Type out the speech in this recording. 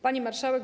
Pani Marszałek!